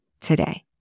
today